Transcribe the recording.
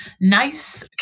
nice